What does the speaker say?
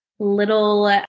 little